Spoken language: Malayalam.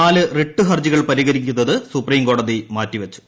നാല് റിട്ട് ഹർജികൾ പരിഗണിക്കുന്നത് സുപ്രീംകോടതി മാറ്റിവച്ചു